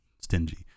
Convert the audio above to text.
stingy